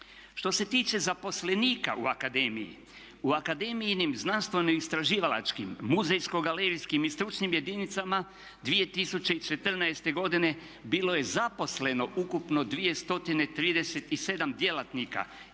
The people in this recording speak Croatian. Što se tiče zaposlenika u akademiji. U akademijinim zananstveno-istraživalačkim, muzejsko-galerijskim i stručnim jedinicama 2014. godine bilo je zaposleno ukupno 237 djelatnika